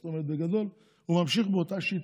זאת אומרת, בגדול הוא ממשיך באותה שיטה.